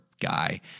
guy